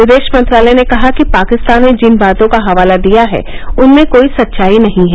विदेश मंत्रालय ने कहा कि पाकिस्तान ने जिन बातों का हवाला दिया है उनमें कोई सच्चाई नहीं है